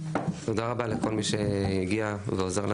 תודה רבה לכל מי שהגיע ועוזר לנו.